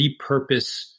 repurpose